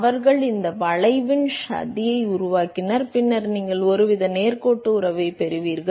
அவர்கள் இந்த வளைவின் சதியை உருவாக்கினர் பின்னர் நீங்கள் ஒருவித நேர்கோட்டு உறவைப் பெறுவீர்கள்